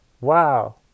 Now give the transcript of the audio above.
Wow